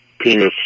penis